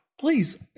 please